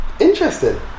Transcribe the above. Interesting